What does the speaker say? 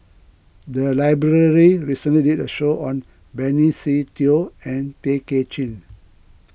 the library recently did a show on Benny Se Teo and Tay Kay Chin